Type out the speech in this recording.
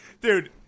Dude